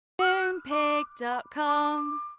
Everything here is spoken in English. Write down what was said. Moonpig.com